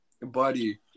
Buddy